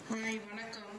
hi வணக்கம்:vanakkam